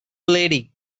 lady